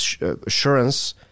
assurance